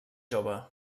jove